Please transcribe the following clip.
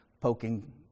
poking